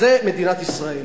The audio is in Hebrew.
זו מדינת ישראל.